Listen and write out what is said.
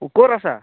ক'ত আছা